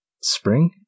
Spring